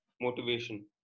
motivation